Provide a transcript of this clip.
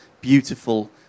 beautiful